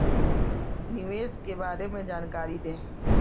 निवेश के बारे में जानकारी दें?